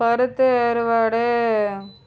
கருத்து வேறுபாடு